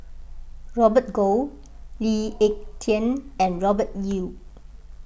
Robert Goh Lee Ek Tieng and Robert Yeo